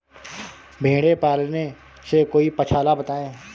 भेड़े पालने से कोई पक्षाला बताएं?